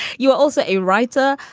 you are also a writer,